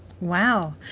Wow